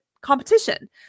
competition